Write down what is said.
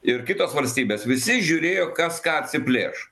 ir kitos valstybės visi žiūrėjo kas ką atsiplėš